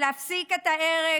להפסיק את ההרג